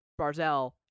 Barzell